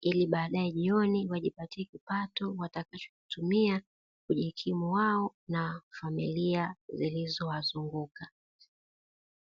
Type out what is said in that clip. ili baadae jioni wajipatie kipato watakacho kitumia kujikimu wao na familia zilizowazunguka.